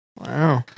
Wow